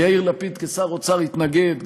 ויאיר לפיד כשר אוצר התנגד,